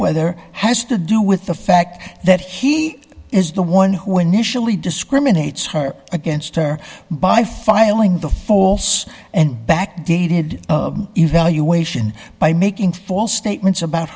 weather has to do with the fact that he is the one who initially discriminates her against her by filing the false and backdated evaluation by making false statements about